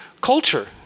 culture